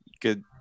Good